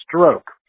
stroke